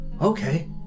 Okay